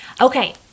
Okay